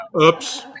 Oops